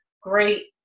Great